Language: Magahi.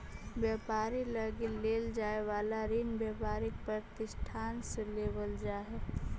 व्यापार लगी लेल जाए वाला ऋण व्यापारिक प्रतिष्ठान से लेवल जा हई